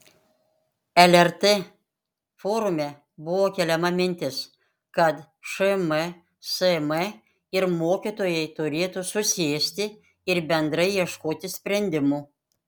lrt forume buvo keliama mintis kad šmsm ir mokytojai turėtų susėsti ir bendrai ieškoti sprendimų